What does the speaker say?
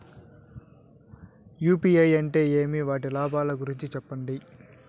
UPI అంటే ఏమి? వాటి లాభాల గురించి సెప్పండి?